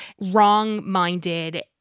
wrong-minded